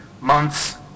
Months